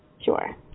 Sure